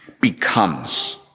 becomes